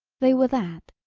they were that,